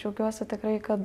džiaugiuosi tikrai kad